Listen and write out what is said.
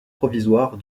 provisoire